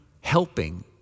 helping